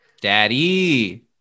Daddy